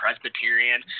Presbyterian